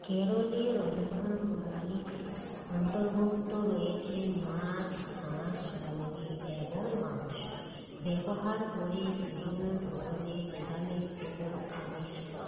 কেরলের রন্ধন প্রণালীতে অন্তর্ভুক্ত রয়েছে মাছ হাঁস মুরগি এবং মাংস ব্যবহার করে বিভিন্ন ধরনের নিরামিষ এবং আমিষ পদ